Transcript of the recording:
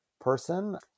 person